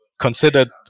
considered